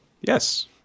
yes